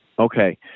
Okay